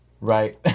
right